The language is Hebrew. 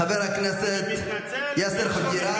חבר הכנסת יאסר חוג'יראת.